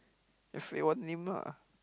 just say one name lah